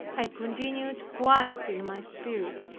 i continued quiet in my spirit,